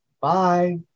Bye